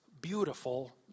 beautiful